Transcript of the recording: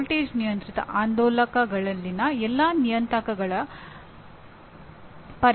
ಒಬ್ಬರು ಇತರ ಎಲ್ಲ ಅಂಶಗಳ ಬಗ್ಗೆ ತಿಳಿದಿರಬೇಕು